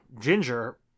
Ginger